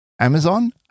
Amazon